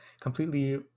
completely